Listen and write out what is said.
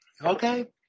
Okay